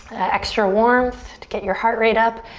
extra warmth to get your heart rate up,